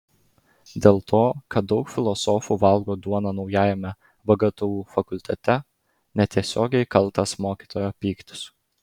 dėl to kad daug filosofų valgo duoną naujajame vgtu fakultete netiesiogiai kaltas mokytojo pyktis